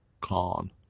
Con